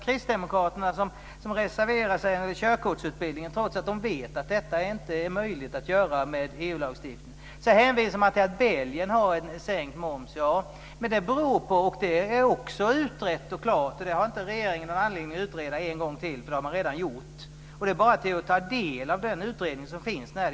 Kristdemokraterna har reserverat sig till förmån för körkortsutbildningen, trots att de vet att det inte är möjligt med nuvarande EU-lagstiftning. Kristdemokraterna hänvisar till att Belgien har sänkt moms. Den frågan är utredd och klar, och regeringen har ingen anledning att utreda en gång till. Det är bara att ta del av den utredning som finns.